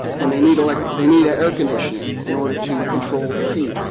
and they need like they need air conditioning in order to control the heat.